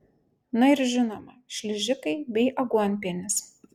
na ir žinoma šližikai bei aguonpienis